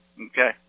okay